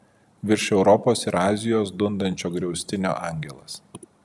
virš europos ir azijos dundančio griaustinio angelas